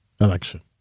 election